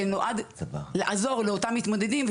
שנועד לעזור לאותם מתמודדים,